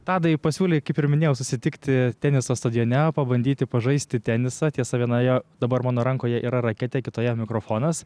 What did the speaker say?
tadai pasiūlei kaip ir minėjau susitikti teniso stadione pabandyti pažaisti tenisą tiesa vienoje dabar mano rankoje yra raketė kitoje mikrofonas